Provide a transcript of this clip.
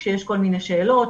כשיש כל מיני שאלות,